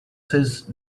says